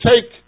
take